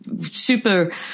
Super